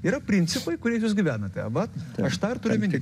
yra principai kuriais jūs gyvenate va aš tą ir turiu omeny